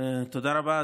תודה רבה.